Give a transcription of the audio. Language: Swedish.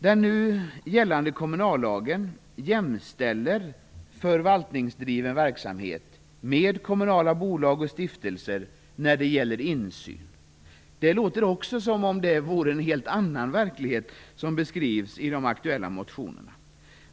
Den nu gällande kommunallagen jämställer förvaltningsdriven verksamhet med kommunala bolag och stiftelser när det gäller insyn. Det förefaller som om den verklighet som beskrivs i de aktuella motionerna är en helt annan.